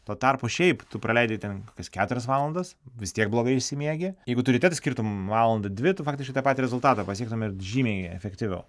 tuo tarpu šiaip tu praleidi ten kokias keturias valandas vis tiek blogai išsimiegi jeigu tu ryte skirtum valandą dvi tu faktiškai tą patį rezultatą pasiektum ir žymiai efektyviau